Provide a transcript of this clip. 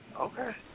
Okay